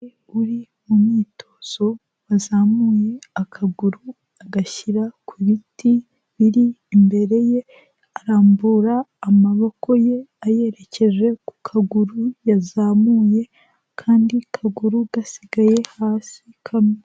Uri mu myitozo wazamuye akaguru agashyira ku biti biri imbere ye, arambura amaboko ye ayerekeje ku kaguru yazamuye, akandi kaguru gasigaye hasi kamwe.